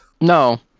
No